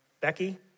Becky